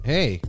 Hey